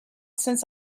since